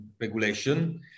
regulation